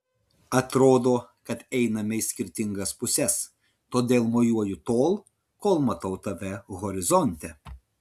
atrodo kad einame į skirtingas puses todėl mojuoju tol kol matau tave horizonte